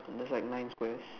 there's like nine squares